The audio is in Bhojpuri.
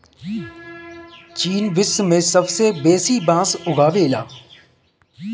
चीन विश्व में सबसे बेसी बांस उगावेला